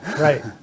right